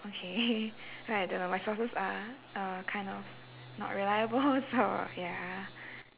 okay right though my sources are uh kind of not reliable so ya